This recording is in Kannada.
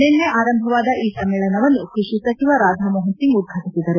ನಿನ್ನೆ ಆರಂಭವಾದ ಈ ಸಮ್ಮೇಳನವನ್ನು ಕೃಷಿ ಸಚಿವ ರಾಧಾ ಮೋಹನ್ ಸಿಂಗ್ ಉದ್ವಾಟಿಸಿದರು